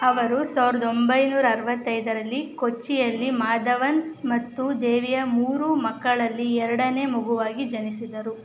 ಅವರು ಸಾವ್ರ್ದ ಒಂಬೈನೂರು ಅರವತ್ತೈದರಲ್ಲಿ ಕೊಚ್ಚಿಯಲ್ಲಿ ಮಾಧವನ್ ಮತ್ತು ದೇವಿಯ ಮೂರು ಮಕ್ಕಳಲ್ಲಿ ಎರಡನೇ ಮಗುವಾಗಿ ಜನಿಸಿದರು